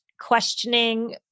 questioning